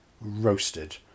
roasted